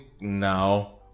now